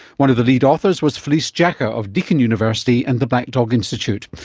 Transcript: one of the lead authors was felice jacka of deakin university and the black dog institute. but